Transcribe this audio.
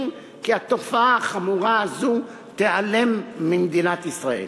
כי התופעה החמורה הזו תיעלם ממדינת ישראל.